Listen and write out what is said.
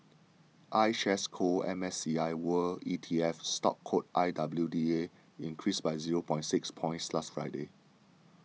iShares Core M S C I world E T F stock code I W D A increased by zero point six points last Friday